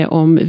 om